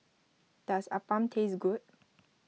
does Appam taste good